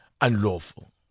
unlawful